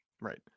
Right